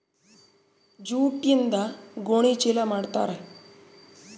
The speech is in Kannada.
ಜೂಟ್ಯಿಂದ ಗೋಣಿ ಚೀಲ ಮಾಡುತಾರೆ